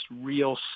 real